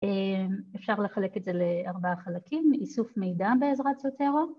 אה, אפשר לחלק את זה לארבעה חלקים, איסוף מידע בעזרת זוטרו